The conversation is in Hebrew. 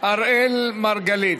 אראל מרגלית.